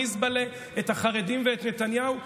למזבלה את החרדים ואת נתניהו,